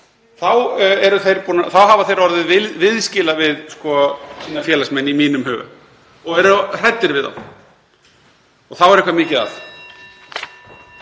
þá hafa þau orðið viðskila við sína félagsmenn í mínum huga og eru hrædd við þá. Þá er eitthvað mikið að.